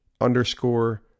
underscore